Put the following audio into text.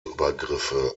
übergriffe